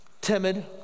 timid